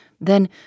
then